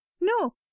No